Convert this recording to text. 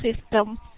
system